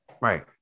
Right